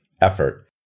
effort